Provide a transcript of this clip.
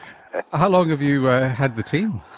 how long have you had the team,